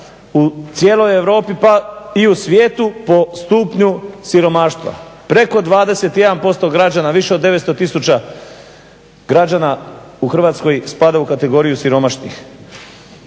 u cijeloj Europi pa i u svijetu po stupnju siromaštva, preko 21% građana, više od 900 tisuća građana u Hrvatskoj spada u kategoriju siromašnih.